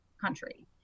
country